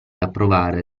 approvare